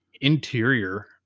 interior